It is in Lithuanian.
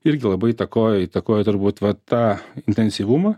irgi labai įtakoja įtakoja turbūt va tą intensyvumą